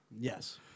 Yes